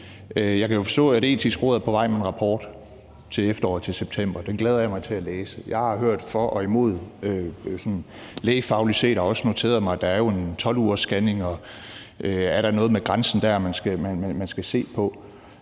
Jeg kan jo forstå, at Det Etiske Råd er på vej med en rapport til efteråret, til september. Den glæder jeg mig til at læse. Jeg har hørt for og imod sådan lægefagligt set og har også noteret mig, at der jo er en 12-ugersscanning. Er der noget ved grænsen der, man skal se på?